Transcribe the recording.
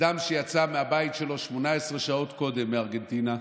אדם שיצא מהבית שלו 18 שעות קודם מארגנטינה,